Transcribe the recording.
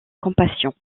compassion